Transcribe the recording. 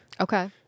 okay